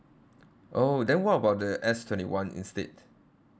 oh then what about the S twenty one instead